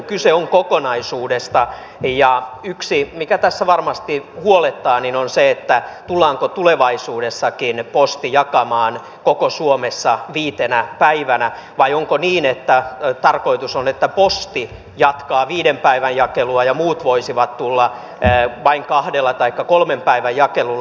kyse on kokonaisuudesta ja yksi mikä tässä varmasti huolettaa on se tullaanko tulevaisuudessakin posti jakamaan koko suomessa viitenä päivänä vai onko niin että tarkoitus on että posti jatkaa viiden päivän jakelua ja muut voisivat tulla vain kahden taikka kolmen päivän jakelulla